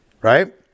right